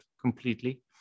completely